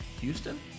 Houston